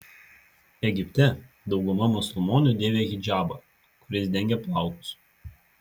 egipte dauguma musulmonių dėvi hidžabą kuris dengia plaukus